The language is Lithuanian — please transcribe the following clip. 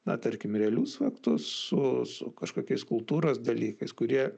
na tarkim realius faktus su su kažkokiais kultūros dalykais kurie